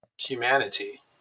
humanity